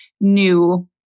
new